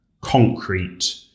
concrete